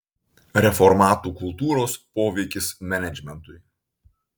reformatų kultūros poveikis menedžmentui